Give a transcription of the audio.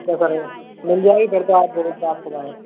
paper एपर है मिल जाएगी घर पर आकर बात कराए